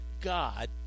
God